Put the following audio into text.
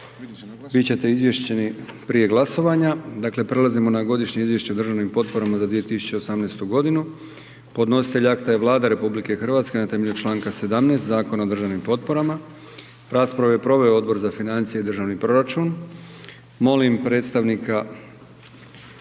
Milijan (HDZ)** Dakle, prelazimo na: - Godišnje izvješće o državnim potporama za 2018. godinu Podnositelj akta je Vlada RH na temelju Članka 17. Zakona o državnim potporama. Raspravu je proveo Odbor za financije i državni proračun.